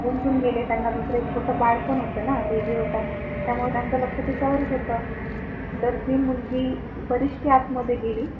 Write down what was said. गुंतून गेले त्यांना दुसरं एक छोटं बाळ पण होतं ना बेबी होता त्यामुळे त्यांचं लक्ष तिच्यावरच होतं तर ती मुलगी बरीचशी आतमध्ये गेली